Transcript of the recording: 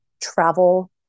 travel